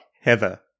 Heather